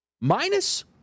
Minus